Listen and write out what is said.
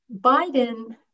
Biden